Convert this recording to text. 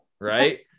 right